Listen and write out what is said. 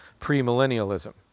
premillennialism